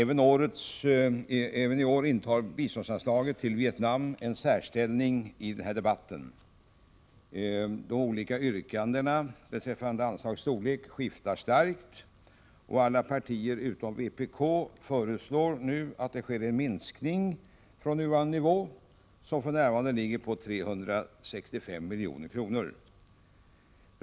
Herr talman! Även i år intar biståndsanslaget till Vietnam en särställning i debatten. De olika yrkandena beträffande anslagets storlek skiftar starkt. Alla partier utom vpk föreslår att det sker en minskning från nuvarande nivå, som är 365 milj.kr.